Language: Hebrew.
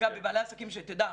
אגב, מבעלי העסקים, שתדע,